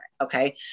Okay